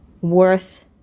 Worth